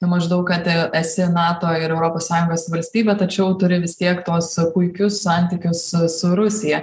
maždaug kad esi nato ir europos sąjungos valstybė tačiau turi vis tiek tuos puikius santykius su rusija